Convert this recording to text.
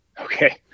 Okay